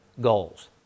goals